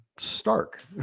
Stark